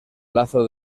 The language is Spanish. lazo